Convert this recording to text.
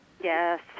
Yes